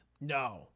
No